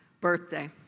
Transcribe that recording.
birthday